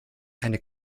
eine